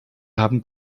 haben